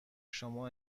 شما